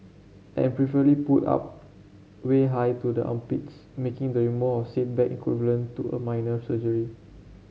and preferably pulled up way high to the armpits making the removal of said bag equivalent to a minor surgery